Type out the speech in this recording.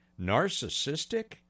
narcissistic